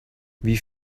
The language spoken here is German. wie